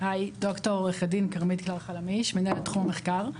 היי, ד"ר עו"ד כרמית קלר-חלמיש, מנהלת תחום מחקר.